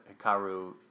Hikaru